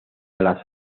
las